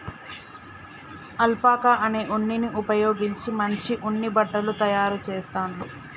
alpaca అనే ఉన్నిని ఉపయోగించి మంచి ఉన్ని బట్టలు తాయారు చెస్తాండ్లు